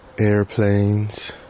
airplanes